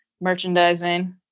merchandising